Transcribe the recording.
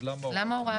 אז למה הוראת שעה?